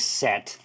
set